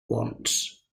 wants